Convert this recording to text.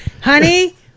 Honey